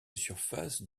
surface